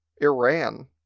Iran